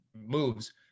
moves